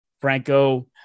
Franco